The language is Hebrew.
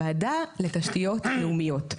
הוועדה לתשתיות לאומיות.